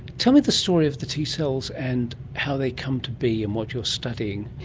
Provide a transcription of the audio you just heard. tell me the story of the t cells and how they come to be and what you are studying.